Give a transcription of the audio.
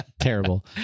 Terrible